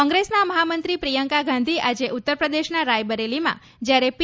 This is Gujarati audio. કોંગ્રેસના મહામંત્રી પ્રિયંકા ગાંધી આજે ઉત્તરપ્રદેશના રાયબરેલીમાં જ્યારે પી